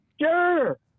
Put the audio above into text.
Sure